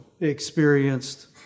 experienced